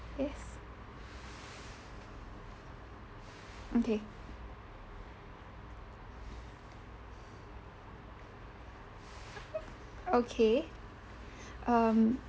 yes okay okay um